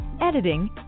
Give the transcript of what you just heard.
editing